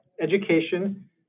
education